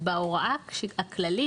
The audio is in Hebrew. בהוראה הכללית,